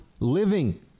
living